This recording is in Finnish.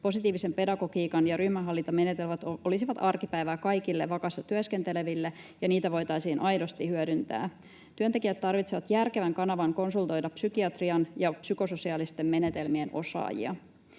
positiivinen pedagogiikka ja ryhmänhallintamenetelmät olisivat arkipäivää kaikille vakassa työskenteleville ja niitä voitaisiin aidosti hyödyntää. Työntekijät tarvitsevat järkevän kanavan konsultoida psykiatrian ja psykososiaalisten menetelmien osaajia.